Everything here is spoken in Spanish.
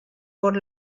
por